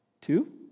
Two